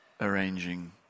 arranging